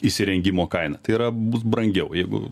įsirengimo kaina tai yra bus brangiau jeigu